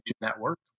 Network